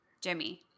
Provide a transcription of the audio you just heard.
jimmy